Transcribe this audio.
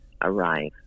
arrive